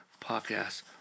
podcast